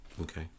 okay